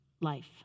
life